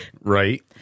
Right